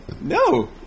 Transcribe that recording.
No